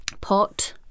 pot